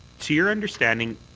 to your understanding,